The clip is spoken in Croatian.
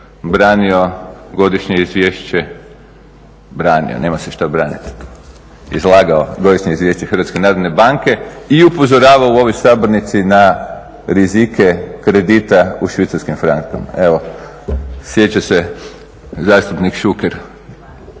branio godišnje izvješće, branio, nema se šta braniti, izlagao godišnje izvješće Hrvatske narodne banke i upozoravao u ovoj Sabornici na rizike kredita u švicarskim francima. Evo, sjeća se zastupnik Šuker.